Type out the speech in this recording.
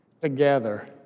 together